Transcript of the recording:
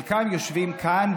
חלקם יושבים כאן,